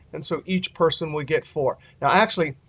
and so each person would get four. now actually,